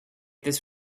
this